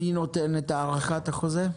מי נותן את הארכת החוזה?